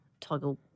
toggle